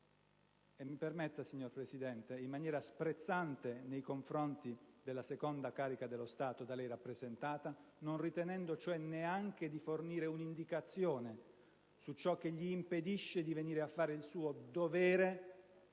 - mi permetta, signor Presidente - che lo faccia anche in maniera sprezzante nei confronti della seconda carica dello Stato, da lei rappresentata, non ritenendo cioè neanche di fornire un'indicazione su ciò che gli impedisce di fare il suo dovere